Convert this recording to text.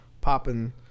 popping